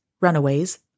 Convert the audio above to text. runaways